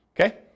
okay